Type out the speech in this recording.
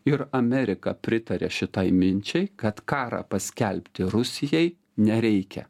ir amerika pritarė šitai minčiai kad karą paskelbti rusijai nereikia